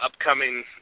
upcoming